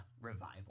revival